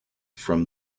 from